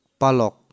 Palok